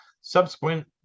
subsequent